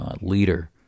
leader